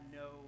no